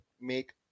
make